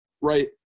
Right